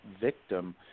victim